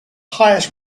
highest